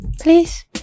please